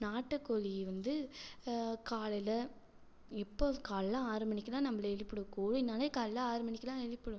நாட்டுக்கோழிக வந்து காலையில் எப்போ காலையில் ஆறு மணிக்கெல்லாம் நம்மளை எழுப்பிடும் கோழினாலே காலையில் ஆறு மணிக்கெல்லாம் எழுப்பிடும்